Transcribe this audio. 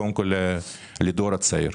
קודם כל לדור הצעיר.